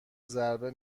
ضربه